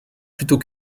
plutôt